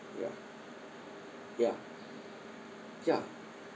ya ya ya